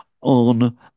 on